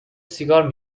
سیگار